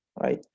Right